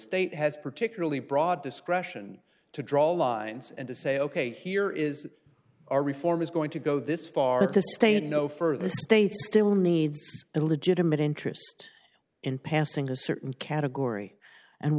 state has particularly broad discretion to draw lines and to say ok here is our reform is going to go this far to stay in no further states still needs a legitimate interest in passing a certain category and